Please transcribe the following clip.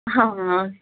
ਹਾਂ